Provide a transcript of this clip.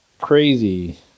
crazy